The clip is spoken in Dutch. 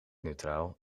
neutraal